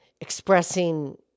expressing